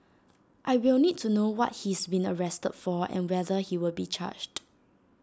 I will need to know what he's been arrested for and whether he will be charged